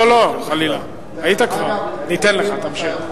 אנחנו מרשים לך.